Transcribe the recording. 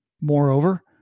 Moreover